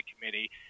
committee